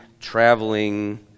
traveling